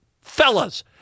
Fellas